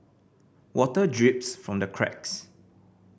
water drips from the cracks